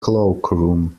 cloakroom